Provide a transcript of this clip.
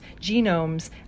genomes